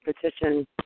petition